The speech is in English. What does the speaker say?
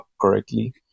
correctly